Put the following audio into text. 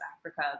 Africa